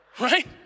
right